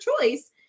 choice